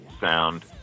sound